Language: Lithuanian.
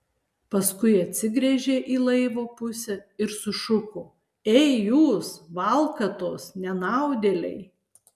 paskui atsigręžė į laivo pusę ir sušuko ei jūs valkatos nenaudėliai